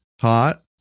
Hot